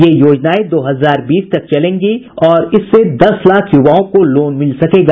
ये योजनाएं दो हजार बीस तक चलेंगी और इससे दस लाख युवाओं को लोन मिल सकेगा